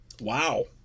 Wow